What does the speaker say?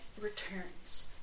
returns